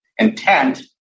Intent